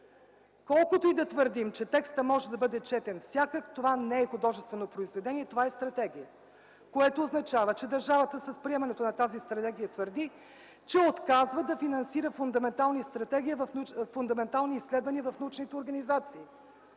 Колкото и да твърдим, че текстът може да бъде четен всякак, това не е художествено произведение, това е стратегия, което означава, че държавата, с приемането на тази стратегия, твърди, че отказва да финансира фундаментални изследвания в научните организации.